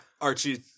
Archie